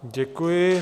Děkuji.